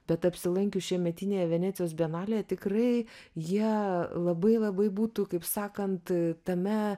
bet apsilankius šiemetinėje venecijos bienalėje tikrai jie labai labai būtų kaip sakant tame